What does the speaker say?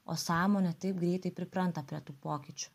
o sąmonė taip greitai pripranta prie tų pokyčių